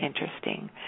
interesting